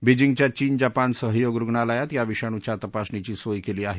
बिजींगच्या चीन जपान सहयोग रुग्णालयात या विषाणूच्या तपासणीची सोय केली आहे